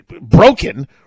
broken